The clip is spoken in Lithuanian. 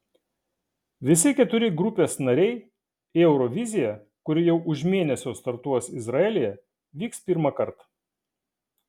visi keturi grupės nariai į euroviziją kuri jau už mėnesio startuos izraelyje vyks pirmąkart